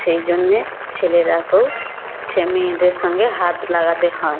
সেই জন্যে ছেলেরাকেও মেয়েদের সঙ্গে হাত লাগাতে হয়